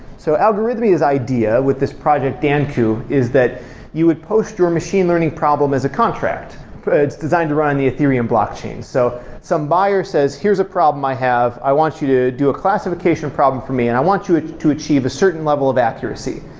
so algorithm is idea with this project danku is that you would post your machine learning problem as a contract, but it's designed to run in the ethereum blockchain. so some buyer says, here's a problem i have. i want you to do a classification problem for me, and i want you to achieve a certain level of accuracy.